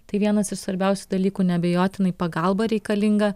tai vienas iš svarbiausių dalykų neabejotinai pagalba reikalinga